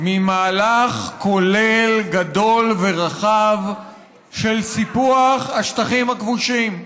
ממהלך כולל גדול ורחב של סיפוח השטחים הכבושים,